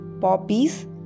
poppies